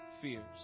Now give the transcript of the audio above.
fears